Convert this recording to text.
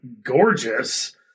gorgeous